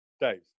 dave